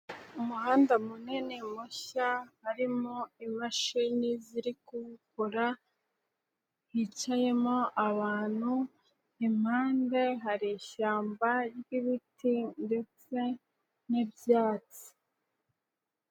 Umuhanda munini mushya, harimo imashini ziri kuwukora, hicayemo abantu impande hari ishyamba ry'ibiti ndetse n'ibyatsi.